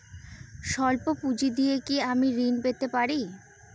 সল্প পুঁজি দিয়ে কি আমি ঋণ পেতে পারি?